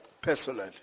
personally